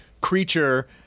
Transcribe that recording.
creature